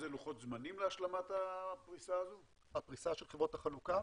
זמנים להשלמת הפריסה של חברות החלוקה?